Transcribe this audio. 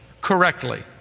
correctly